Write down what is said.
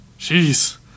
Jeez